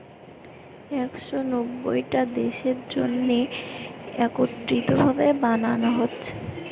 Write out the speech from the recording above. একশ নব্বইটা দেশের জন্যে একত্রিত ভাবে বানানা হচ্ছে